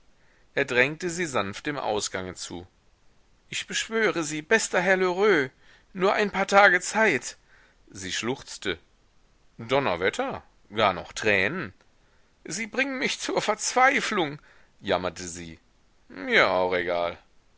er drängte sie sanft dem ausgange zu ich beschwöre sie bester herr lheureux nur ein paar tage zeit sie schluchzte donnerwetter gar noch tränen sie bringen mich zur verzweiflung jammerte sie mir auch egal